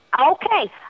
Okay